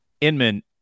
Inman